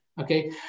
okay